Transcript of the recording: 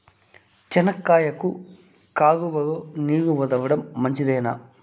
చెనక్కాయకు కాలువలో నీళ్లు వదలడం మంచిదేనా?